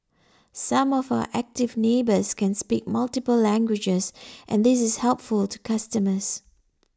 some of our Active Neighbours can speak multiple languages and this is helpful to customers